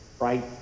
Right